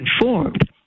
informed